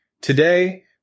Today